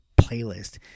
playlist